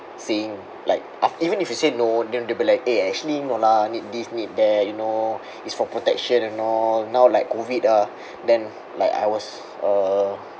seeing like af~ even if you say no then they'll be like eh actually no lah need this need that you know it's for protection and all now like COVID ah then like I was uh